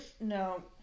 No